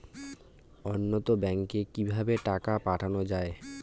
অন্যত্র ব্যংকে কিভাবে টাকা পাঠানো য়ায়?